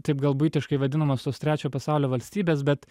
taip gal buitiškai vadinamos tos trečio pasaulio valstybės bet